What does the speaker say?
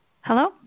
Hello